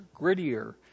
grittier